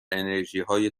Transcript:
انرژیهای